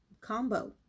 combo